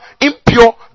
impure